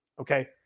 Okay